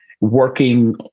working